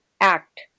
Act